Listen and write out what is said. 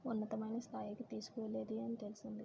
ఉన్నతమైన స్థాయికి తీసుకువెళ్ళేది అని తెలిసింది